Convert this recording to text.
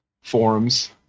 forums